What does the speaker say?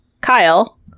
Kyle